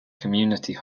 community